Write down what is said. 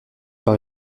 par